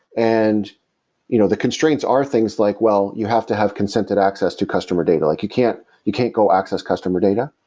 and you know the constraints are things like, well, you have to have consented access to customer data. like you can't you can't go access customer data.